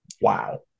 Wow